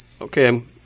Okay